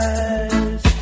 eyes